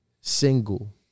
single